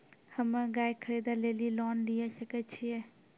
हम्मे गाय खरीदे लेली लोन लिये सकय छियै?